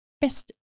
best